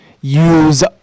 use